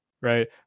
right